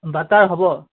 butter হ'ব